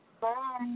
Bye